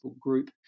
group